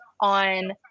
on